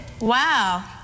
Wow